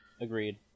Agreed